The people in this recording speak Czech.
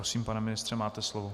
Prosím, pane ministře, máte slovo.